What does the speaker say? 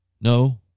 No